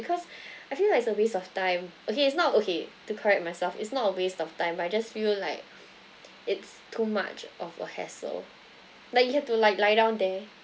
because I feel like it's a waste of time okay it's not okay to correct myself it's not a waste of time but I just feel like it's too much of a hassle like you have to like lie down there